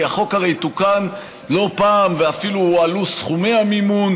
כי החוק הרי תוקן לא פעם ואפילו הועלו סכומי המימון,